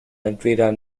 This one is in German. entweder